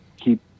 keep